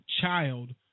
child